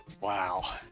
Wow